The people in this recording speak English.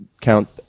count